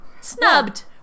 Snubbed